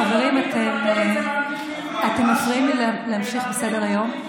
חברים, אתם מפריעים להמשיך בסדר-היום.